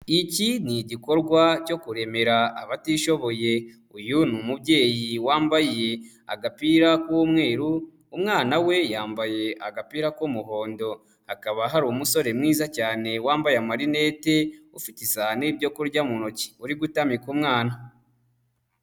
Iki ni igikorwa cyo kuremera abatishoboye, uyu ni umubyeyi wambaye agapira k'umweru, umwana we yambaye agapira k'umuhondo. Hakaba hari umusore mwiza cyane wambaye amarinete, ufite izani y'ibyo kurya mu ntoki uri gutamika umwana.